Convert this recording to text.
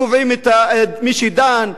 קובעים את מי שדן,